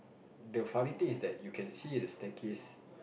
the funny thing is that you can see at the staircase